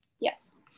Yes